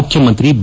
ಮುಖ್ಯಮಂತ್ರಿ ಬಿ